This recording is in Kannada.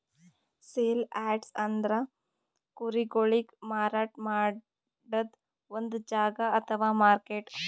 ಸೇಲ್ ಯಾರ್ಡ್ಸ್ ಅಂದ್ರ ಕುರಿಗೊಳಿಗ್ ಮಾರಾಟ್ ಮಾಡದ್ದ್ ಒಂದ್ ಜಾಗಾ ಅಥವಾ ಮಾರ್ಕೆಟ್